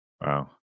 Wow